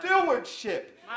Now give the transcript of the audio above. stewardship